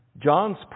John's